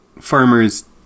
farmers